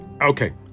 Okay